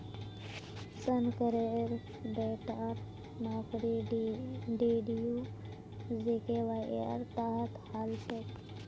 शंकरेर बेटार नौकरी डीडीयू जीकेवाईर तहत हल छेक